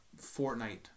Fortnite